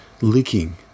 leaking